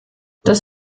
das